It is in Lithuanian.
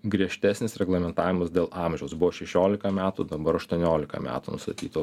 griežtesnis reglamentavimas dėl amžiaus buvo šešiolika metų dabar aštuoniolika metų nustatyta